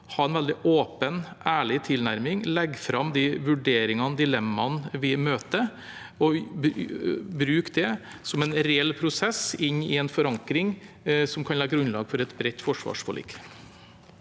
veldig åpen og ærlig tilnærming, legge fram de vurderingene og dilemmaene vi møter, og bruke det som en reell prosess inn i en forankring som kan legge grunnlag for et bredt forsvarsforlik.